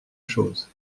chose